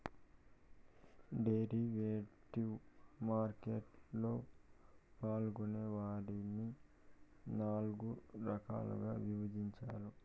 derivative market లలో పాల్గొనే వారిని నాల్గు రకాలుగా విభజించారు